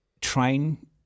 train